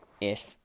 ish